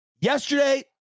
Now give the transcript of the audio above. yesterday